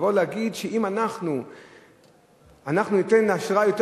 לבוא ולהגיד שאם אנחנו ניתן אשראי יותר